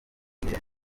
igihe